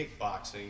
kickboxing